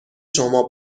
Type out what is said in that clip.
شما